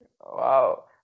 wow